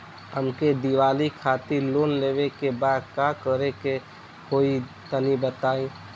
हमके दीवाली खातिर लोन लेवे के बा का करे के होई तनि बताई?